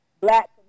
black